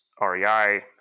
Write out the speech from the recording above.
REI